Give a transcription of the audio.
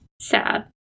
Sad